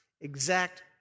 exact